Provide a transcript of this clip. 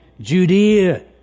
Judea